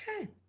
Okay